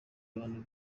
bantu